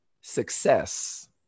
success